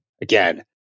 again